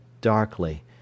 darkly